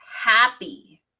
happy